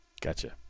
Gotcha